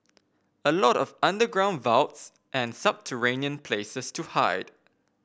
a lot of underground vaults and subterranean places to hide